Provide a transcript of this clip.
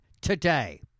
Today